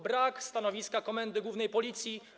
Brak stanowiska Komendy Głównej Policji.